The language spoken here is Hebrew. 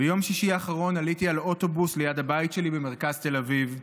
"ביום שישי האחרון עליתי על אוטובוס ליד הבית שלי במרכז תל אביב,